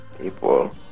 people